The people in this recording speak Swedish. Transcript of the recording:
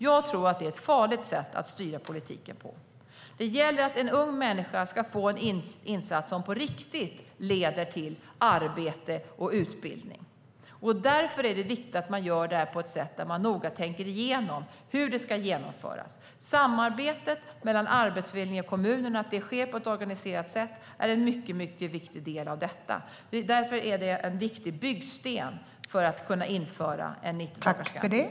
Jag tror att det är ett farligt sätt att styra politiken på. Det gäller att en ung människa får en insats som på riktigt leder till arbete och utbildning. Därför är det viktigt att det hela görs på ett noga genomtänkt sätt. Att samarbetet mellan Arbetsförmedlingen och kommunen sker på ett organiserat sätt är mycket viktigt. Det är en viktig byggsten för att kunna införa en 90-dagarsgaranti.